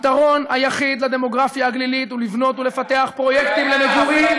הפתרון היחיד לדמוגרפיה הגלילית הוא לבנות ולפתח פרויקטים למגורים,